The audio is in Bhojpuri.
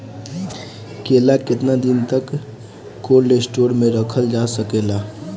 केला केतना दिन तक कोल्ड स्टोरेज में रखल जा सकेला?